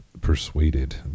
persuaded